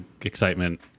excitement